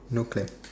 no clam